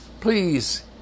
Please